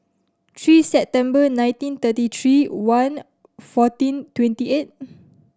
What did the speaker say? three September nineteen thirty three one fourteen twenty eight